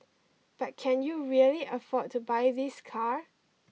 but can you really afford to buy this car